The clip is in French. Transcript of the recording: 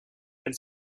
elle